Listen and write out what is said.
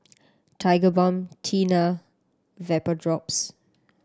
Tigerbalm Tena Vapodrops